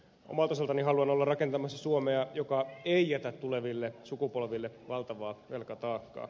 omalta osaltani haluan olla rakentamassa suomea joka ei jätä tuleville sukupolville valtavaa velkataakkaa